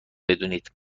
بدونید